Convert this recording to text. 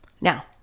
Now